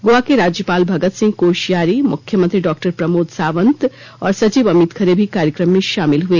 गोवा के राज्यपाल भगतसिंह कोश्यारी मुख्यमंत्री डॉक्टर प्रमोद सावंत और सचिव अमित खरे भी कार्यक्रम में शामिल हुए